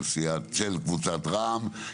של קבוצת "רע"מ",